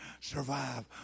survive